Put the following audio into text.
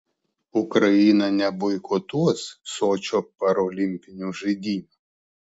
ukraina neboikotuos sočio parolimpinių žaidynių